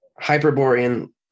Hyperborean